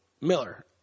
Miller